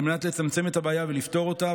על מנת לצמצם את הבעיה ולפתור אותה.